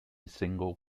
single